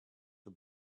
the